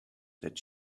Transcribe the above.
that